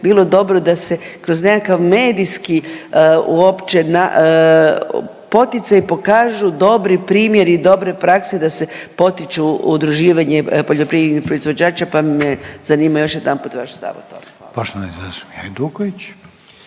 bilo dobro da se kroz nekakav medijski uopće poticaj pokažu dobri primjeri dobre prakse da se potiču udruživanje poljoprivrednih proizvođača, pa me zanima još jedanput vaš stav o tome. Hvala. **Reiner,